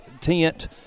tent